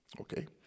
okay